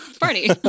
party